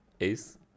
Ace